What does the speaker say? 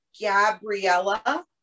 Gabriella